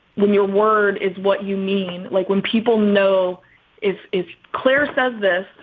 when your word is what you mean, like when people know it is clear, says this.